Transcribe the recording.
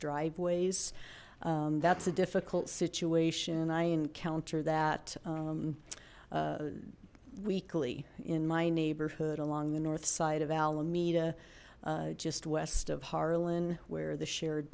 driveways that's a difficult situation i encounter that weekly in my neighborhood along the north side of alameda just west of harlan where the shared